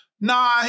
nah